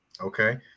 Okay